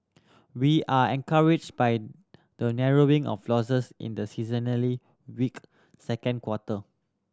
we are encouraged by the narrowing of losses in the seasonally weak second quarter